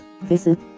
visit